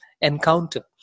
encounter